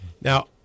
now